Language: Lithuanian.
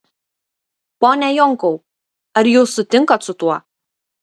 pone jonkau ar jūs sutinkat su tuo